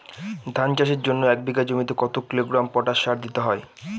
ধান চাষের জন্য এক বিঘা জমিতে কতো কিলোগ্রাম পটাশ সার দিতে হয়?